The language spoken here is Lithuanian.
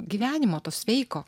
gyvenimo to sveiko